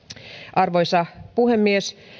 arvoisa puhemies